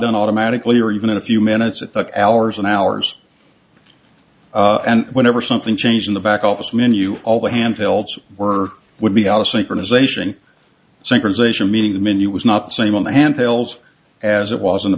done automatically or even in a few minutes it took hours and hours and whenever something changed in the back office menu all the handhelds were would be out of synchronisation synchronisation meaning the menu was not the same when the hand fails as it was in the